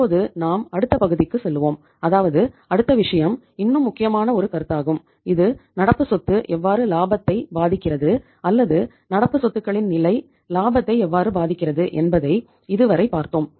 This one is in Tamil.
இப்போது நாம் அடுத்த பகுதிக்குச் செல்வோம் அதாவது அடுத்த விஷயம் இன்னும் முக்கியமான ஒரு கருத்தாகும் இது நடப்பு சொத்து எவ்வாறு லாபத்தை பாதிக்கிறது அல்லது நடப்பு சொத்துகளின் நிலை இலாபத்தை எவ்வாறு பாதிக்கிறது என்பதை இது வரை பார்த்தோம்